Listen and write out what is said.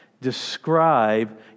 describe